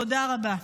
תודה רבה.